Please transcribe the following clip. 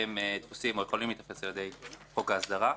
שתפוסים או יכולים להיתפס על-ידי חוק ההסדרה.